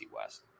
West